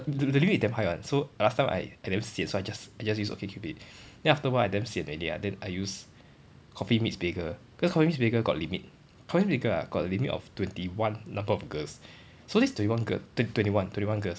the the limit damn high [one] so last time I I damn sian so I just I just use okcupid then after a while I damn sian already then I use coffee meets bagel cause coffee meets bagel got limit coffee meets bagel ah got a limit of twenty one number of girls so this twenty one girl t~ twenty one twenty one girls